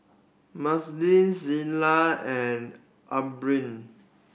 Mazie Celia and Aubrie